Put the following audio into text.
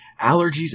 Allergies